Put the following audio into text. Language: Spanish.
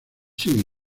sigue